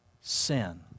sin